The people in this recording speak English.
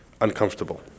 uncomfortable